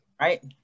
right